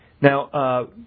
Now